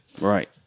Right